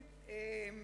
היושב-ראש,